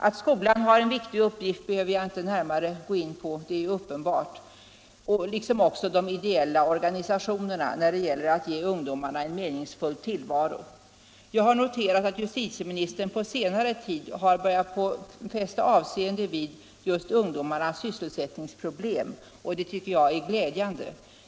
Att skolan har en viktig uppgift behöver jag inte närmare gå in på, det är ju uppenbart, liksom att också de ideella organisationerna har en viktig uppgift när det gäller att ge ungdomarna en meningsfull tillvaro. Jag har noterat att justitieministern på senare tid har börjat fästa avseende vid just ungdomarnas sysselsättningsproblem. Det tycker jag är glädjande.